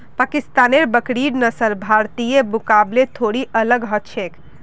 पाकिस्तानेर बकरिर नस्ल भारतीयर मुकाबले थोड़ी अलग ह छेक